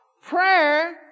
Prayer